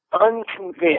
unconvinced